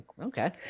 okay